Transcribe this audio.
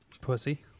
Pussy